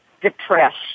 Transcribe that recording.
depressed